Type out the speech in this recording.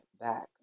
back